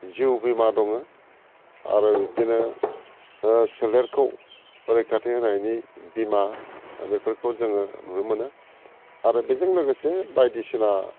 जिउ बीमा दङ आरो बिब्दिनो सोलेरखौ रैखाथि होनायनि बीमा बेफोरखौ जोङो नुनो मोनो आरो बेजों लोगोसे बायदिसिना